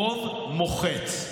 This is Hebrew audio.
רוב מוחץ.